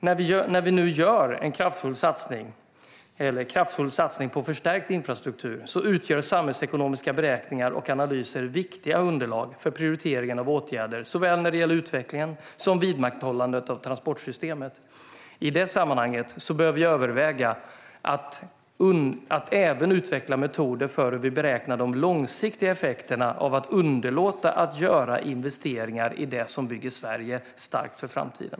När vi nu gör en kraftfull satsning på förstärkt infrastruktur utgör samhällsekonomiska beräkningar och analyser viktiga underlag för prioriteringen av åtgärder såväl när det gäller utvecklingen som vidmakthållandet av transportsystemet. I det sammanhanget bör vi överväga att även utveckla metoderna för hur vi beräknar de långsiktiga effekterna av att underlåta att göra investeringar i det som bygger Sverige starkt för framtiden.